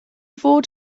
fod